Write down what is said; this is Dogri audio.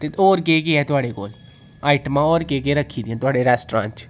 ते होर केह् केह् ऐ थोह्ड़े कोल आईटमां होर केह् केह् रक्खी दियां थुआढ़े रैस्टेरैंट च